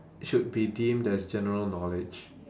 should be deemed as general knowledge